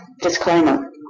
Disclaimer